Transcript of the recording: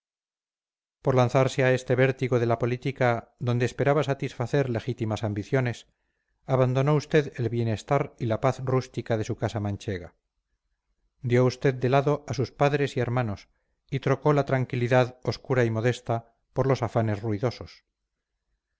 por lanzarse a este vértigo de la política donde esperaba satisfacer legítimas ambiciones abandonó usted el bienestar y la paz rústica de su casa manchega dio usted de lado a sus padres y hermanos y trocó la tranquilidad obscura y modesta por los afanes ruidosos